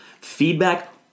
Feedback